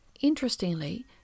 Interestingly